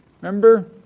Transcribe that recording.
Remember